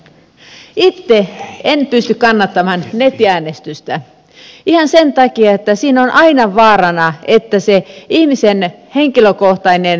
itse en pysty kannattamaan nettiäänestystä ihan sen takia että siinä on aina vaarana että se ihmisen henkilökohtainen äänestyksen suoja rikkoutuu